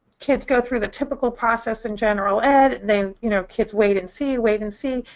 kids go through the typical process in general ed. they you know, kids wait and see, wait and see.